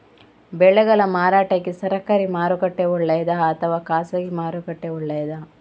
ಬೆಳೆಗಳ ಮಾರಾಟಕ್ಕೆ ಸರಕಾರಿ ಮಾರುಕಟ್ಟೆ ಒಳ್ಳೆಯದಾ ಅಥವಾ ಖಾಸಗಿ ಮಾರುಕಟ್ಟೆ ಒಳ್ಳೆಯದಾ